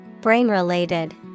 Brain-related